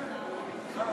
רבותי, כאמור,